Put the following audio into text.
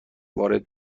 وارد